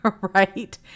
right